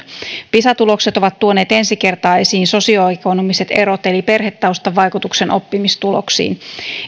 pisa tulokset ovat tuoneet ensi kertaa esiin sosioekonomiset erot eli perhetaustan vaikutuksen oppimistuloksiin